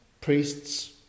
priests